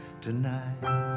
tonight